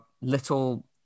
little